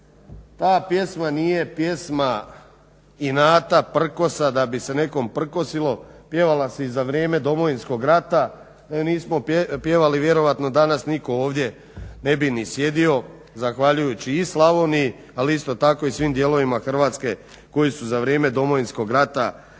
Ta pjesma nije pjesma inata, prkosa, da bi se nekom prkosilo, pjevala se i za vrijeme Domovinskog rata, da je nismo pjevali vjerojatno danas nitko ovdje ne bi ni sjedio zahvaljujući i Slavoniji, ali isto tako i svim dijelovima Hrvatske koji su za vrijeme Domovinskog rata